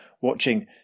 watching